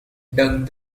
dunk